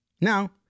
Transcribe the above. Now